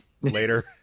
later